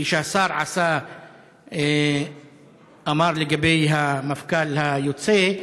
כפי שהשר אמר לגבי המפכ"ל היוצא,